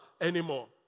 anymore